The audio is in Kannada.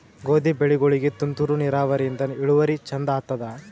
ಗೋಧಿ ಬೆಳಿಗೋಳಿಗಿ ತುಂತೂರು ನಿರಾವರಿಯಿಂದ ಇಳುವರಿ ಚಂದ ಆತ್ತಾದ?